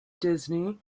disney